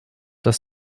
dass